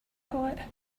hot